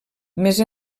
més